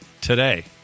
today